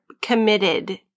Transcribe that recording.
committed